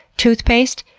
toothpaste,